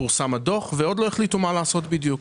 פורסם הדוח ועוד לא החליטו מה לעשות בדיוק.